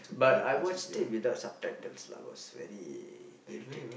but I watched it without subtitles I was very irritated